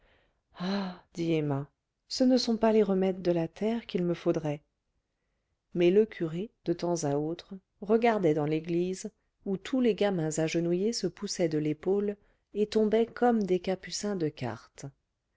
emma ce ne sont pas les remèdes de la terre qu'il me faudrait mais le curé de temps à autre regardait dans l'église où tous les gamins agenouillés se poussaient de l'épaule et tombaient comme des capucins de cartes